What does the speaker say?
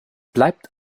bleibt